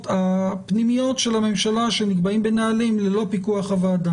הפנימיות של הממשלה שנקבעות בנהלים ללא פיקוח הוועדה.